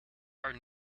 are